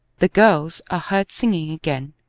the girls are heard singing again,